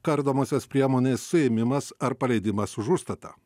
kardomosios priemonės suėmimas ar paleidimas už užstatą